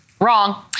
Wrong